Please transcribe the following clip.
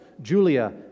Julia